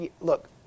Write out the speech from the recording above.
Look